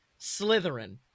Slytherin